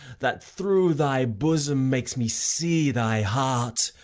that through thy bosom makes me see thy heart.